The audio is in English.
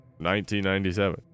1997